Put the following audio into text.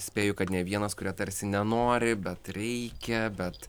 spėju kad ne vienas kurie tarsi nenori bet reikia bet